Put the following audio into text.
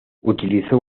utilizó